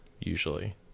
usually